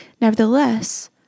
Nevertheless